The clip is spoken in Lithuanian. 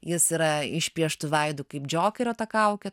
jis yra išpieštu veidu kaip džokerio ta kaukė